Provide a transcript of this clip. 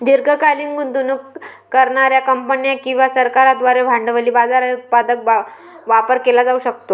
दीर्घकालीन गुंतवणूक करणार्या कंपन्या किंवा सरकारांद्वारे भांडवली बाजाराचा उत्पादक वापर केला जाऊ शकतो